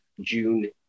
June